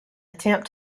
attempt